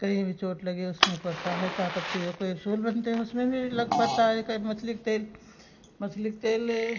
कहीं भी चोट लगे उसमें पड़ता है ताकत के ओ कैप्सूल बनते हैं उसमें भी लग पड़ता है यह मछली के तेल मछली के तेल ए